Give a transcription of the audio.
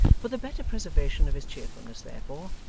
for the better preservation of his cheerfulness therefore,